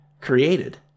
Created